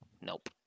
Nope